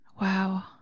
wow